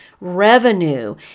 revenue